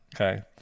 okay